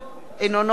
אינו נוכח